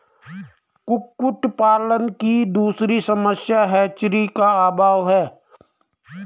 कुक्कुट पालन की दूसरी समस्या हैचरी का अभाव है